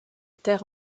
terre